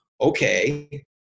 okay